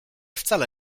wcale